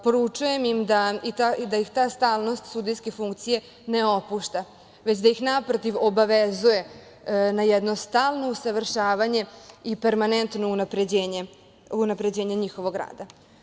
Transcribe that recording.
Poručujem im da ih ta stalnost sudijske funkcije ne opušta, već da ih naprotiv obavezuje na jedno stalno usavršavanje i permanentno unapređenje njihovog rada.